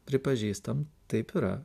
pripažįstam taip yra